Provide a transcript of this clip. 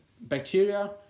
Bacteria